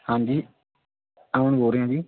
ਹਾਂਜੀ ਕੋਣ ਬੋਲ ਰਿਹਾ ਜੀ